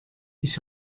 ich